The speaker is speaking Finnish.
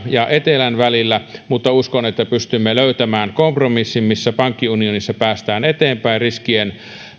ja etelän välillä mutta uskon että pystymme löytämään kompromissin missä pankkiunionissa päästään eteenpäin riskien